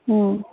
ꯎꯝ